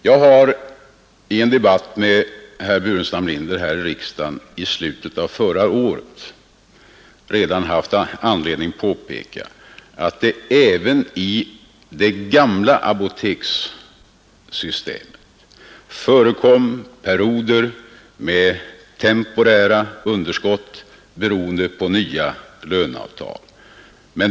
Redan i en debatt med herr Burenstam Linder här i riksdagen i slutet av förra året hade jag anledning att påpeka att det, på grund av nya löneavtal, även i det gamla apotekssystemet förekom perioder med temporära underskott.